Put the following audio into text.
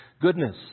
Goodness